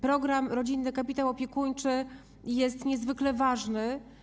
Program „Rodzinny kapitał opiekuńczy” jest niezwykle ważny.